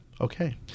Okay